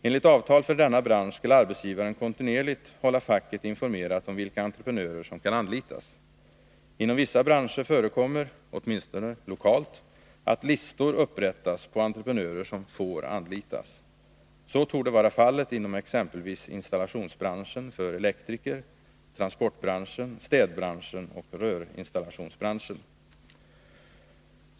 Enligt avtal för denna bransch skall arbetsgivaren kontinuerligt hålla facket informerat om vilka entreprenörer som kan anlitas. Inom vissa branscher förekommer, åtminstone lokalt, att listor upprättas på entreprenörer som får anlitas. Så torde vara fallet inom exempelvis installationsbranschen för elektriker, transportbranschen, städbranschen och rörinstallationsbranschen.